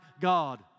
God